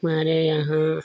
हमारे यहाँ